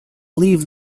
leave